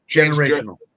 Generational